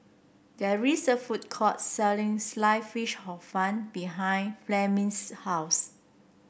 there is a food court selling slice fish Hor Fun behind Fleming's house